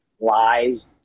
lies